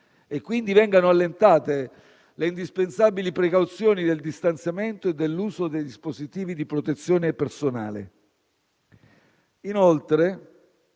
e quindi vengano allentate le indispensabili precauzioni del distanziamento e dell'uso dei dispositivi di protezione personale. Inoltre,